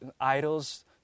idols